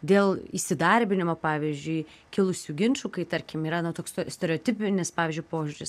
dėl įsidarbinimo pavyzdžiui kilusių ginčų kai tarkim yra na toks stereotipinis pavyzdžiui požiūris